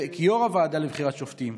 כיו"ר הוועדה לבחירת שופטים,